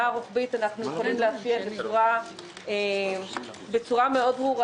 הרוחבית אנחנו יכולים לאפיין בצורה ברורה מאוד,